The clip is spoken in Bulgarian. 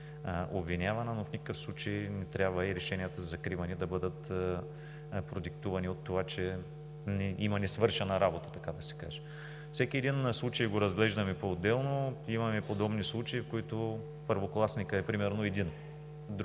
обвинявана, но в никакъв случай не трябва решенията за закриване да бъдат продиктувани от това, че има несвършена работа. Всеки един случай го разглеждаме поотделно. Имаме подобни случаи, в които първокласникът е примерно един.